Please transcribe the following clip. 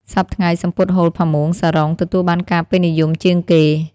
សព្វថ្ងៃសំពត់ហូល ផាមួង សារុង ទទួលបានការពេញនិយមជាងគេ។